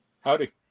howdy